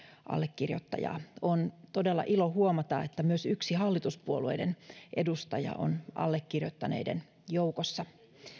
allekirjoittajaa on todella ilo huomata että myös yksi hallituspuolueiden edustaja on allekirjoittaneiden joukossa